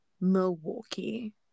Milwaukee